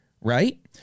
right